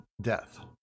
death